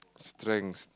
strength